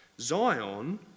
Zion